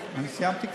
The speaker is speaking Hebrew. אני סיימתי כבר?